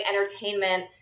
entertainment